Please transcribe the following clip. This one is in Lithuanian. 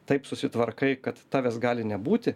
taip susitvarkai kad tavęs gali nebūti